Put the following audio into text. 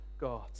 God